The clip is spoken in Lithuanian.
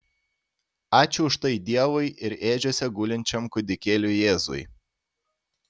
ačiū už tai dievui ir ėdžiose gulinčiam kūdikėliui jėzui